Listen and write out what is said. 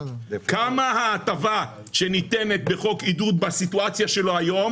כמה ההטבה שניתנת בחוק עידוד בסיטואציה שלו היום?